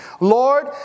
Lord